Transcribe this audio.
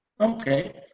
okay